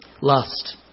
Lust